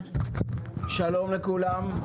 שלום לכולם.